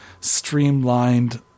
streamlined